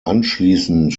anschließend